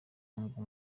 ngo